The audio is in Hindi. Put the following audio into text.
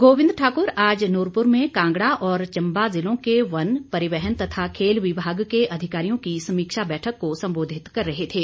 गोविंद ठाकुर आज नूरपुर में कांगड़ा और चंबा ज़िलों के वन परिवहन तथा खेल विभाग के अधिकारियों की समीक्षा बैठक को संबोधित कर रहे थे